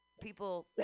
People